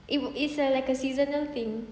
it it's like a seasonal thing